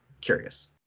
curious